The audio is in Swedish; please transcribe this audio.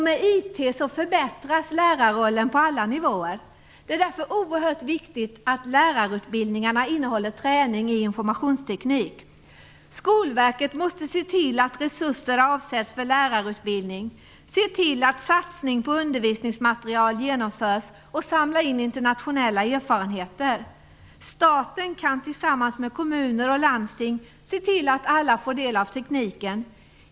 Med IT förbättras lärarrollen på alla nivåer. Det är därför oerhört viktigt att lärarutbildningarna innehåller träning i informationsteknik. Skolverket måste se till att resurser avsätts för lärarutbildning, se till att satsning på undervisningsmaterial genomförs och samla in internationella erfarenheter. Staten kan tillsammans med kommuner och landsting se till att alla får del av tekniken.